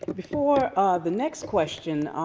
before the next question,